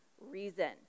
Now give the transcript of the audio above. reason